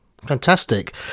Fantastic